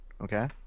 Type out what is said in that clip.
Okay